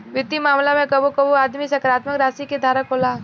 वित्तीय मामला में कबो कबो आदमी सकारात्मक राशि के धारक होला